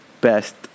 best